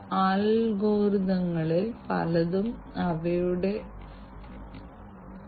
വ്യാവസായിക ഐഒടിയുടെ വിവിധ ഉപയോഗങ്ങളുണ്ട്